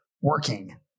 working